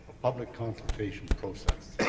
public consultation process.